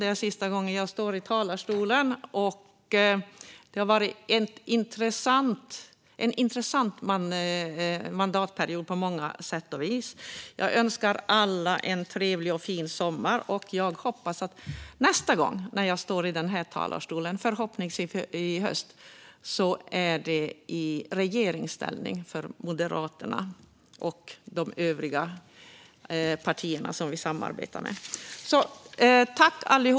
Det är sista gången jag står i talarstolen den här mandatperioden, som har varit intressant på många sätt och vis. Jag önskar alla en trevlig och fin sommar. När jag förhoppningsvis står i talarstolen i höst hoppas jag att Moderaterna och de partier vi samarbetar med är i regeringsställning.